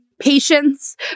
patience